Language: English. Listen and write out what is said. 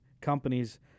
companies